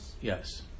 Yes